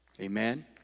Amen